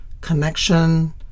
connection